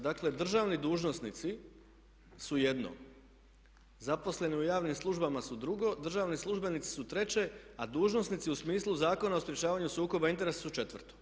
Dakle, državni dužnosnici su jedno, zaposleni u javnim službama su drugo, državni službenici su treće, a dužnosnici u smislu Zakona o sprječavanju sukoba interesa su četvrto.